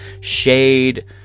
shade